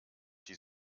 die